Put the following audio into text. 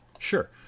Sure